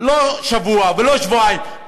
לא עוד שבוע ולא שבועיים,